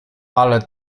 ale